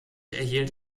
erhielt